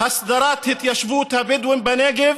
"הסדרת התיישבות הבדואים בנגב",